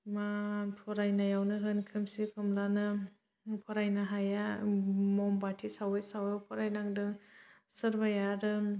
मा फरायनायावनो होन खोमसि खोमलानो फरायनो हाया मम बाथि सावै सावै फरायनांदों सोरबाया आरो